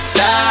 Die